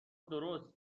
درست